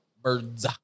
Birds